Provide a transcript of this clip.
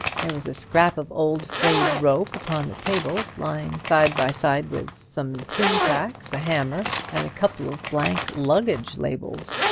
there was a scrap of old frayed rope upon the table, lying side by side with some tin-tacks, a hammer, and a couple of blank luggage-labels.